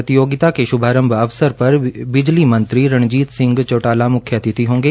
प्रतियोगिता के श्भारंभ अवसरपर बिजली मंत्री रणजीत सिंह चौटालीा मुख्यातिथि होंगे